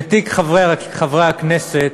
ותיק חברי הכנסת,